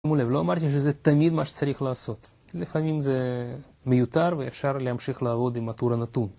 שימו לב, לא אמרתי שזה תמיד מה שצריך לעשות. לפעמים זה מיותר ואפשר להמשיך לעבוד עם הטור הנתון.